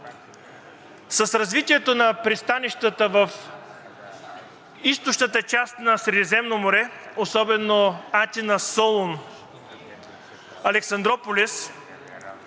с развитието на пристанищата в източната част на Средиземно море, особено Атина, Солун, Александруполис,